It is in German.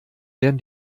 werden